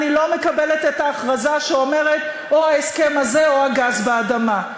אני לא מקבלת את ההכרזה שאומרת: או ההסכם הזה או שהגז באדמה.